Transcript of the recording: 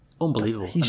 unbelievable